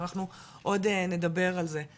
אנחנו עוד נדבר על זה,